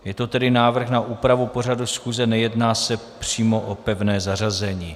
Je to tedy návrh na úpravu pořadu schůze, nejedná se přímo o pevné zařazení.